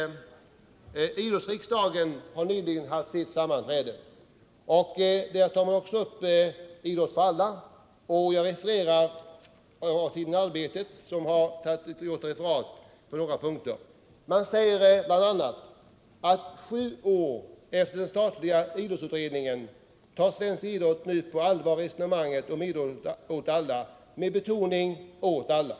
Idrottsriksdagen har nyligen haft ett sammanträde, där man också tog upp frågan om idrott för alla. Tidningen Arbetet har gjort ett referat från sammanträdet och skriver bl.a. att svensk idrott sju år efter den statliga idrottsutredningen nu tar på allvar resonemanget om idrott åt alla — med betoning på ”alla”.